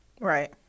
Right